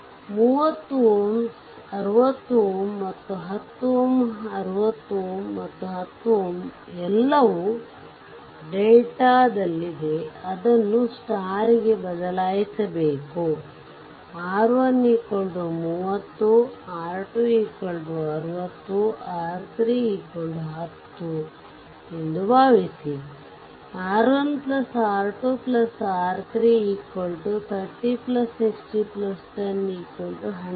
30Ω 60Ωಮತ್ತು 10 Ω 60Ω ಮತ್ತು 10Ω ಎಲ್ಲವೂ ಡೆಲ್ಟಾದಲ್ಲಿದೆ ಅದನ್ನು ಸ್ಟಾರ್ ಗೆ ಬದಲಾಯಿಸಬೇಕು R130R260 ಮತ್ತು R310 ಎಂದು ಭಾವಿಸಿ R1 R2 R3 30 60 10100 Ω